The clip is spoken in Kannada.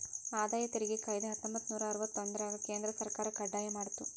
ಆದಾಯ ತೆರಿಗೆ ಕಾಯ್ದೆ ಹತ್ತೊಂಬತ್ತನೂರ ಅರವತ್ತೊಂದ್ರರಾಗ ಕೇಂದ್ರ ಸರ್ಕಾರ ಕಡ್ಡಾಯ ಮಾಡ್ತು